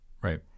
right